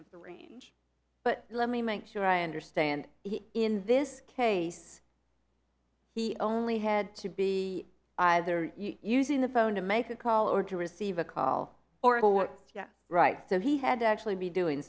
of the range but let me make sure i understand he in this case he only had to be either using the phone to make a call or to receive a call or abort yeah right so he had to actually be doing